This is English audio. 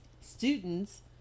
students